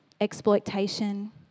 exploitation